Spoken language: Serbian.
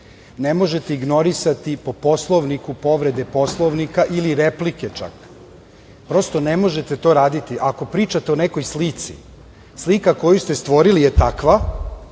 Ne možete ignorisati po Poslovniku povrede Poslovnika ili replike, čak. Prosto ne možete to raditi. Ako pričate o nekoj slici, slika koju ste stvorili je takva